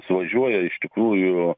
suvažiuoja iš tikrųjų